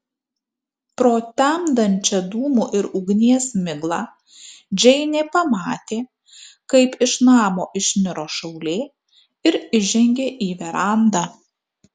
pro temdančią dūmų ir ugnies miglą džeinė pamatė kaip iš namo išniro šaulė ir išžengė į verandą